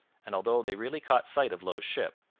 and although they really caught sight of low's ship,